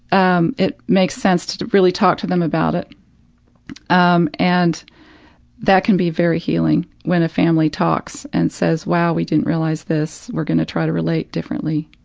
um, it makes sense to to really talk to them about it um and that can be very healing when a family talks and says, wow, we didn't realize this, we're going to try to relate differently.